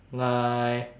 nine